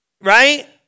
Right